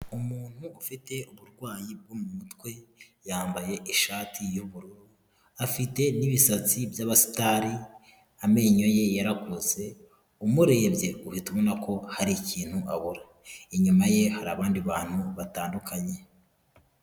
Umuntu ufite uburwayi bwo mu mutwe, yambaye ishati y'ubururu, afite n'ibisatsi by'abasitari, amenyo ye yarakutse, umurebye uhita ubona ko hari ikintu abura. Inyuma ye hari abandi bantu batandukanye.